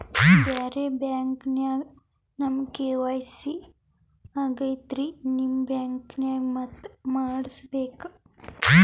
ಬ್ಯಾರೆ ಬ್ಯಾಂಕ ನ್ಯಾಗ ನಮ್ ಕೆ.ವೈ.ಸಿ ಆಗೈತ್ರಿ ನಿಮ್ ಬ್ಯಾಂಕನಾಗ ಮತ್ತ ಮಾಡಸ್ ಬೇಕ?